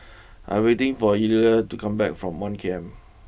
I'm waiting for Eulalie to come back from one K M